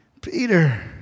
Peter